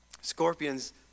scorpions